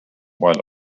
while